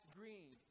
green